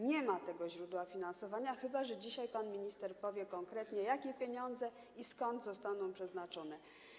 Nie ma tego źródła finansowania, chyba że dzisiaj pan minister powie konkretnie, jakie pieniądze i skąd zostaną na to przeznaczone.